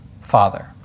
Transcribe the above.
Father